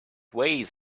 ways